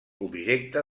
objecte